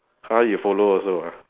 !huh! you follow also ah